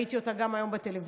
שראיתי גם אותה היום בטלוויזיה,